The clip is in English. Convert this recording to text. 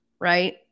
right